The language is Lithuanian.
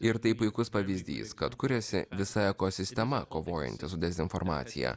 ir tai puikus pavyzdys kad kuriasi visa ekosistema kovojanti su dezinformacija